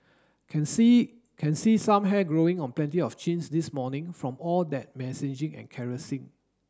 can see can see some hair growing on plenty of chins this morning from all that and caressing